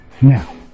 Now